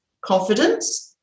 confidence